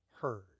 heard